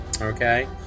Okay